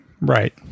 Right